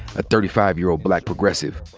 a thirty five year old black progressive,